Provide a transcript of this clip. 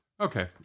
Okay